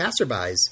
passerbys